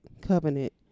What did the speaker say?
covenant